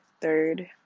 third